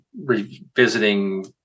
revisiting